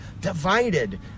divided